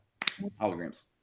holograms